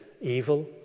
evil